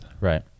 Right